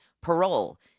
parole